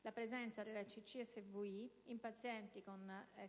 la presenza della CCSVI in pazienti con